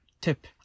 tip